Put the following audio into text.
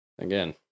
Again